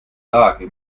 lage